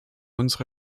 unsere